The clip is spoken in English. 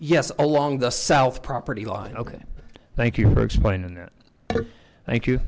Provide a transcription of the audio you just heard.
yes along the south property line ok thank you for explaining that her thank you